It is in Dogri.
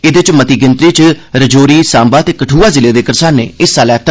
एदे च मती गिनतरी च राजौरी सांबा ते कठुआ ज़िलें दे करसानें हिस्सा लैता